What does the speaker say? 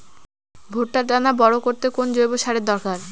ভুট্টার দানা বড় করতে কোন জৈব সারের দরকার?